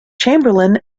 chamberlin